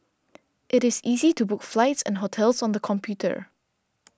it is easy to book flights and hotels on the computer